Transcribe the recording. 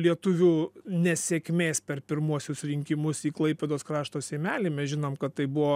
lietuvių nesėkmės per pirmuosius rinkimus į klaipėdos krašto seimelį mes žinom kad tai buvo